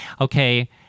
okay